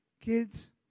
Kids